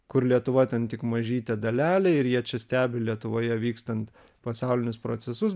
kur lietuva ten tik mažytė dalelė ir jie čia stebi lietuvoje vykstant pasaulinius procesus